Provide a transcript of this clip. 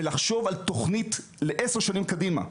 ולחשוב על תוכנית לעשר שנים קדימה: